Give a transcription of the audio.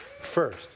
First